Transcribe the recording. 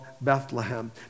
Bethlehem